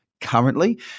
currently